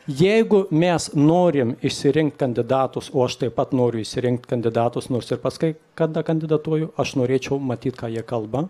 jeigu mes norim išsirinkt kandidatus o aš taip pat noriu išsirinkt kandidatus nors ir pats kai kada kandidatuoju aš norėčiau matyt ką jie kalba